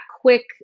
quick